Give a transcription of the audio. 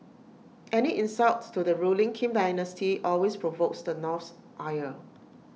any insult to the ruling Kim dynasty always provokes the North's ire